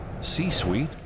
C-Suite